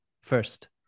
first